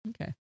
Okay